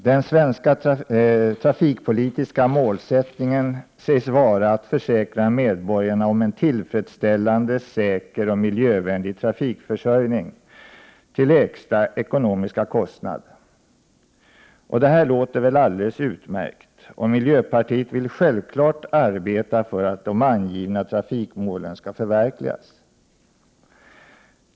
Herr talman! Den svenska trafikpolitiska målsättningen sägs vara att försäkra medborgarna om en tillfredsställande, säker och miljövänlig trafikförsörjning till lägsta ekonomiska kostnad. Det låter väl alldeles utmärkt, och miljöpartiet vill självfallet arbeta för att de angivna trafikmålen förverkligas.